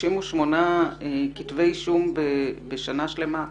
38 כתבי אישום בשנה שלימה ,